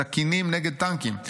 בסכינים נגד טנקים.